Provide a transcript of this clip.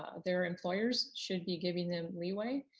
their employers should be giving them leeway.